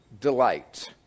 delight